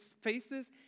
faces